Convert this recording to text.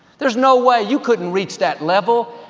there's no way, you couldn't reach that level.